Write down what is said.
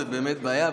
זאת באמת בעיה,